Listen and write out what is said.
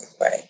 right